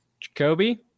Jacoby